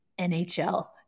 NHL